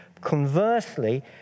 Conversely